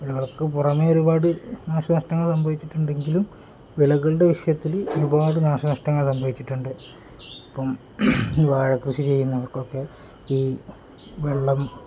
വിളയ്ക്കു പുറമേ ഒരുപാടു നാശനഷ്ടങ്ങൾ സംഭവിച്ചിട്ടുണ്ടെങ്കിലും വിളകളുടെ വിഷയത്തില് ഒരുപാടു നാശനഷ്ടങ്ങൾ സംഭവിച്ചിട്ടുണ്ട് ഇപ്പോള് ഈ വാഴകൃഷി ചെയ്യുന്നവർക്കൊക്കെ ഈ വെള്ളം